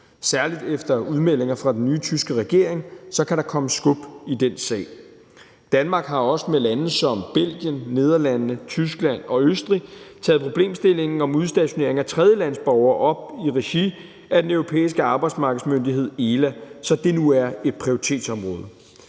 særligt efter udmeldinger fra den nye tyske regering kan der komme skub i den sag. Danmark har også med lande som Belgien, Nederlandene, Tyskland og Østrig taget problemstillingen om udstationering af tredjelandsborgere op i regi af den europæiske arbejdsmarkedsmyndighed ELA, så det nu er et prioritetsområde.